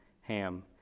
Ham